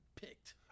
Picked